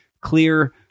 clear